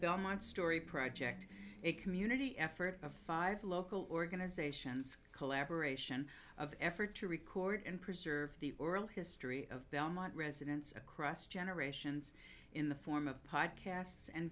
belmont story project a community effort of five local organizations collaboration of effort to record and preserve the oral history of belmont residents across generations in the form of podcasts and